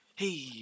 Hey